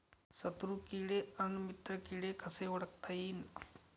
शत्रु किडे अन मित्र किडे कसे ओळखता येईन?